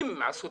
אם עשו